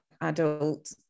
adult